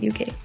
UK